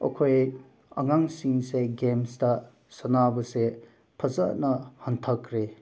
ꯑꯩꯈꯣꯏ ꯑꯉꯥꯡꯁꯤꯡꯁꯦ ꯒꯦꯝꯁꯇ ꯁꯥꯟꯅꯕꯁꯦ ꯐꯖꯅ ꯍꯟꯊꯈ꯭ꯔꯦ